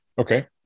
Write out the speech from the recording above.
okay